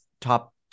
top